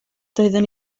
doeddwn